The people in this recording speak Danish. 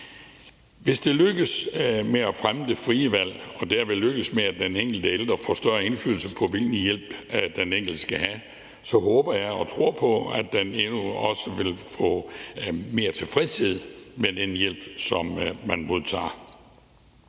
Hvis det lykkes at fremme det frie valg og derved lykkes, at den enkelte ældre får større indflydelse på, hvilken hjælp den enkelte skal have, så håber og tror jeg på, at den enkelte også vil få mere tilfredshed med den hjælp, som man modtager.